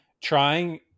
trying